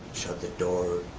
shut the door,